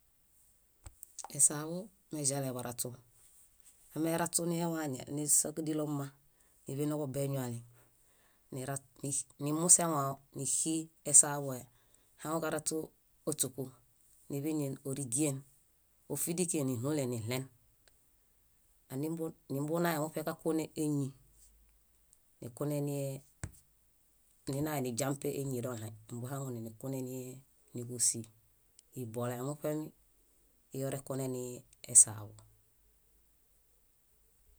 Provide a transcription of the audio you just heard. Esaḃu meĵale baraśu. Emeraśunie wañi. Nisa kádilo mma níḃe niġubeñuwali nira nimusewão, níxi esaḃue. Ahaŋuġaraśu óśoku, niḃiñen órigien, ófidiken, níɭulen, niɭen. Nimbunae muṗe kakunen éñi, nikunenie, ninaeniźampe éñi doɭãi. Ambuhaŋune nikunenie níġusi. Ibola muṗe iorekune ni esaḃu.